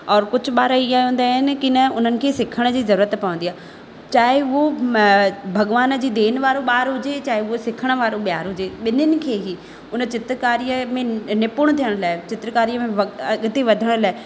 और कुझु ॿार इअं हूंदा आहिनि की न उन्हनि खे सिखण जी ज़रूरत पवंदी आहे चाहे उहो भॻवान जी देन वारो ॿारु हुजे या उहो सिखणु वारो ॿारु हुजे बिन्हिन खे ई उन चित्रकारीअ में निपुण थियण लाइ चित्रकारी में अॻिते वधण लाइ